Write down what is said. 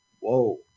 whoa